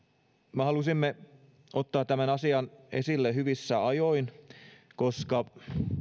me halusimme ottaa tämän asian esille hyvissä ajoin koska